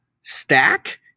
Stack